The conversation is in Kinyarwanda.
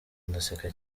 ndaseka